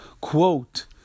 quote